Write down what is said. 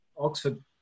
Oxford